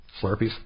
Slurpees